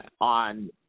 on